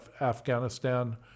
Afghanistan